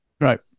Right